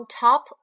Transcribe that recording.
top